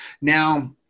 now